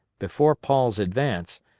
before paul's advance,